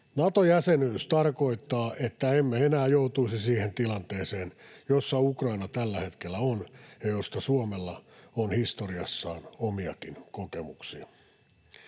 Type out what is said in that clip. Nato-jäsenyys tarkoittaa, että emme enää joutuisi siihen tilanteeseen, jossa Ukraina tällä hetkellä on ja josta Suomella on historiassaan omiakin kokemuksia.